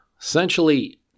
essentially